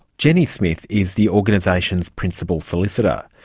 jenni smith is the organisation's principle solicitor.